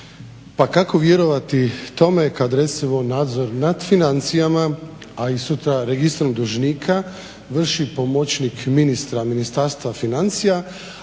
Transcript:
Pa kako vjerovati tome kad recimo nadzor nad financijama, a i sutra registrom dužnika vrši pomoćnik ministra Ministarstva financija,